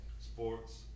sports